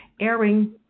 airing